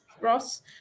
ross